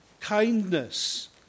kindness